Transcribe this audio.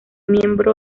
miembro